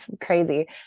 crazy